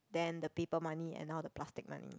then the paper money and now the plastic money